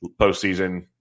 postseason